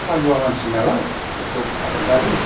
हालुवा मानसि नालाय कृषक आबादारि